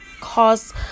cause